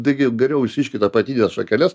taigi jau geriau išriškit apatines šakeles